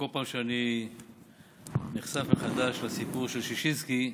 בכל פעם שאני נחשף מחדש לסיפור של ששינסקי,